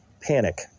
panic